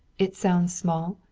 it sounds small?